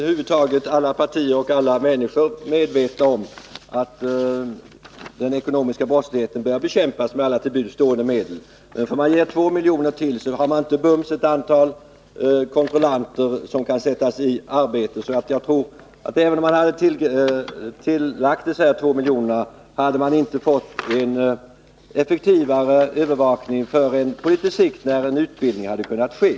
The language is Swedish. Herr talman! Alla partier och alla människor är medvetna om att den ekonomiska brottsligheten bör bekämpas med alla till buds stående medel. Men får tullverket ytterligare 2 milj.kr. kan man inte bums sätta ett antal kontrollanter i arbete. Även om man hade fått dessa 2 milj.kr. hade det inte blivit en effektivare övervakning förrän en ytterligare vidareutbildning hade kunnat ske.